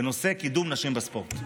בנושא קידום נשים בספורט.